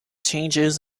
changes